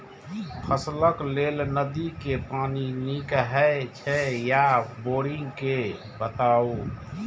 फसलक लेल नदी के पानी नीक हे छै या बोरिंग के बताऊ?